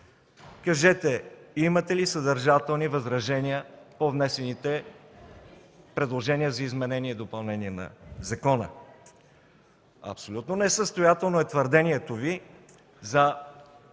Кажете: имате ли съдържателни възражения по внесените предложения за изменение и допълнение на закона? Абсолютно несъстоятелно е твърдението Ви за пълна